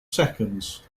seconds